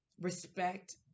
respect